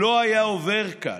לא היה עובר כאן.